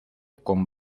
con